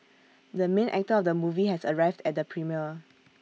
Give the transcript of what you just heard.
the main actor of the movie has arrived at the premiere